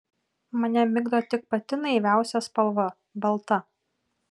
mane migdo tik pati naiviausia spalva balta